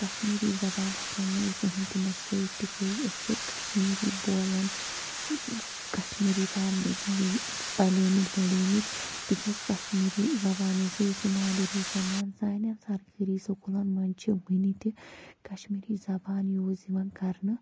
کشمیٖری زبان ہیٚکو نہِ أسۍ زٕہنۍ تہِ مشرٲوتھ تِکیازِ أسۍ چھِ کشمیٖری بۄلان کشمیٖری فیملی منٛزی پلیمٕتۍ بڑیمٕتۍ تِکیازِ کشمیٖری زبان یُس چھِ یہِ چھِ مادُری زبان سانٮ۪ن سرکٲری سکولن منٛز چھِ وٕنۍ تہِ کشمیٖری زبان یوٗز یِوان کرنہٕ